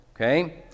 okay